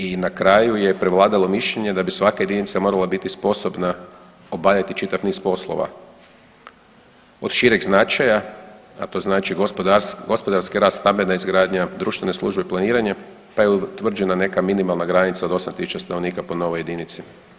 I na kraju je prevladalo mišljenje da bi svaka jedinica morala biti sposobna obavljati čitav niz poslova od šireg značaja, a to znači gospodarski rast, stambena izgradnja, društvene službe planiranja, pa je utvrđena neka minimalna granica od 8 tisuća stanovnika po novoj jedinici.